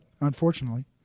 unfortunately